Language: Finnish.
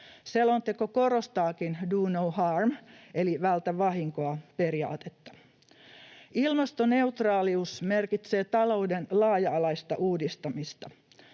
Selonteko korostaakin do no harm- eli vältä vahinkoa -periaatetta. Ilmastoneutraalius merkitsee talouden laaja-alaista uudistamista.